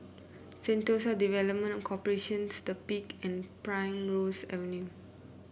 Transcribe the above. Sentosa Development Corporation The Peak and Primrose Avenue